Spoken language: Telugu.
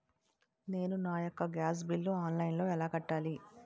నేను నా యెక్క గ్యాస్ బిల్లు ఆన్లైన్లో ఎలా కట్టాలి?